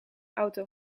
auto